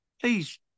Please